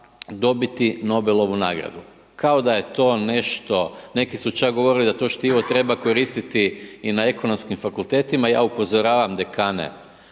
dobiti Nobelovu nagradu kao da je to nešto, neki su čak govorili da to štivo treba koristiti i na ekonomskim fakultetima, ja upozoravam dekane